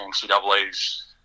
NCAA's